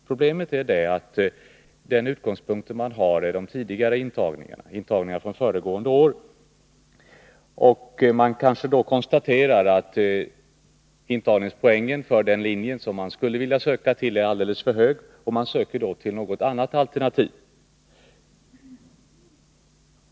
Problemet är att man då, med tanke på den utgångspunkt eleven har genom intagningar föregående år, kanske konstaterar att intagningspoängen för den linje som eleven skulle vilja söka till är alldeles för hög. Då söker eleven till någon helt annan linje.